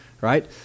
right